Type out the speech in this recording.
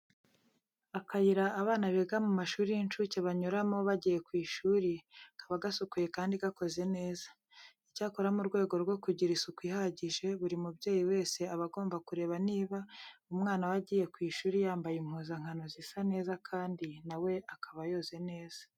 Akayira abana biga mu mashuri y'incuke banyuramo bagiye ku ishuri kaba gasukuye kandi gakoze neza. Icyakora mu rwego rwo kugira isuku ihagije, buri mubyeyi wese aba agomba kureba niba umwana we agiye ku ishuri yambaye impuzankano zisa neza kandi na we akaba yoze neza.